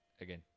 Again